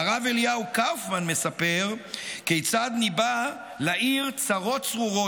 והרב אליהו קאופמן מספר כיצד ניבא לעיר צרות צרורות,